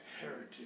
heritage